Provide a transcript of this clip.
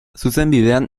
zuzenbidean